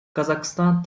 казахстан